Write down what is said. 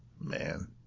Man